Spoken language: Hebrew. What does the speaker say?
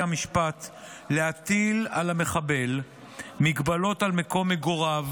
המשפט להטיל על המחבל הגבלות על מקום מגוריו,